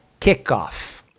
kickoff